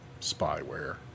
spyware